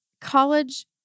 college